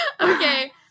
okay